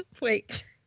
Wait